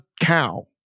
cow